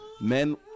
Men